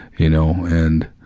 you know, and